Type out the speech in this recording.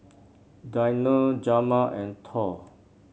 Dionne Jamal and Thor